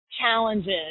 challenges